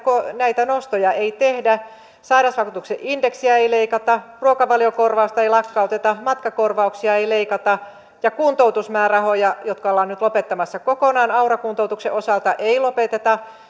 näitä nostoja ei tehdä sairausvakuutuksen indeksiä ei leikata ruokavaliokorvausta ei lakkauteta matkakor vauksia ei leikata ja kuntoutusmäärärahoja jotka ollaan nyt lopettamassa kokonaan aura kuntoutuksen osalta ei lopeteta